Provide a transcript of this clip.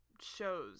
shows